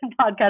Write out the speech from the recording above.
podcast